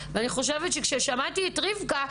כששמעתי את רבקה,